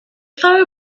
thought